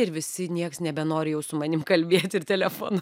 ir visi nieks nebenori jau su manim kalbėt ir telefonu